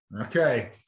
Okay